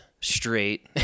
straight